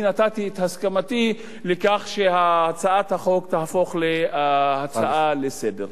אני נתתי את הסכמתי לכך שהצעת החוק תהפוך להצעה לסדר-היום.